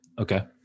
Okay